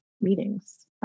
meetings